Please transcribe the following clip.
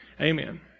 Amen